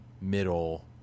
middle